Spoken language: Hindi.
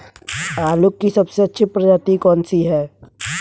आलू की सबसे अच्छी प्रजाति कौन सी है?